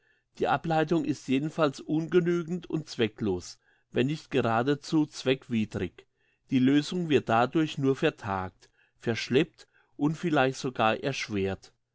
die ableitung ist jedenfalls ungenügend und zwecklos wenn nicht geradezu zweckwidrig die lösung wird dadurch nur vertagt verschleppt und vielleicht sogar erschwert